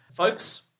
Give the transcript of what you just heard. Folks